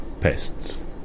pests